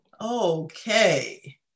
Okay